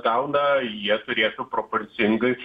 gauna jie turėtų proporcingai